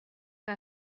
que